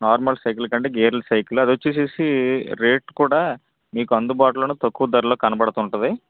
normal cycle కంటే గేర్ల cycle అది వచ్చేసేసి రేట్ కూడా మీకు అందుబాటులోనే తక్కువ ధరలో కనబడుతూ ఉంటుంది